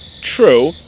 True